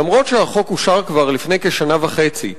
אף-על-פי שהחוק אושר כבר לפני כשנה וחצי,